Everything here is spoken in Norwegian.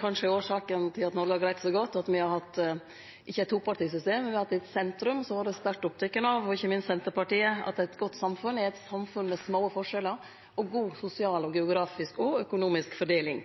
Kanskje årsaka til at Noreg har greidd seg så godt er at me ikkje har hatt eit topartisystem, men me har hatt eit sentrum som har vore sterkt oppteke av – ikkje minst Senterpartiet – at eit godt samfunn er eit samfunn med små forskjellar og god sosial, geografisk og økonomisk fordeling.